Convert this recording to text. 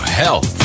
health